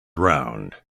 round